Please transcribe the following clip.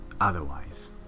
otherwise